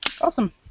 Awesome